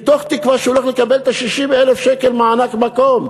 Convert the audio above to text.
מתוך תקווה שהוא הולך לקבל 60,000 מענק מקום,